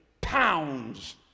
pounds